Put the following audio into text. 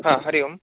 Hari Om